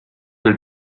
küll